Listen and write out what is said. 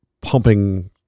pumping